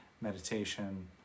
meditation